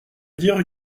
dire